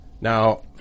Now